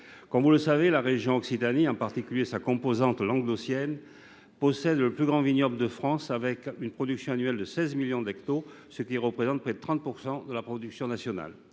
Comme vous le savez, la région Occitanie, en particulier sa composante languedocienne, possède le plus grand vignoble de France. Sa production annuelle est de 16 millions d’hectolitres, ce qui représente près de 30 % de la production nationale.